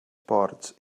ports